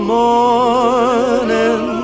morning